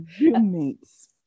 roommates